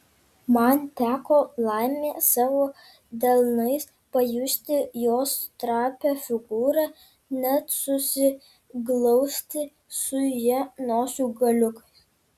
man teko laimė savo delnais pajausti jos trapią figūrą net susiglausti su ja nosių galiukais